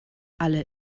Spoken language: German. alle